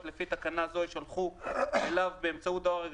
לפי תקנה זו יישלחו אליו באמצעות דואר אלקטרוני,